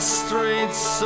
streets